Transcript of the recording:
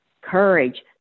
courage